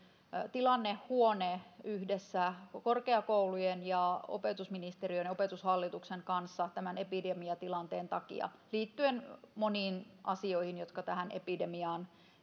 tilannehuone yhdessä korkeakoulujen ja opetusministeriön ja opetushallituksen kanssa tämän epidemiatilanteen takia liittyen moniin asioihin jotka tähän epidemiaan